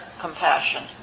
compassion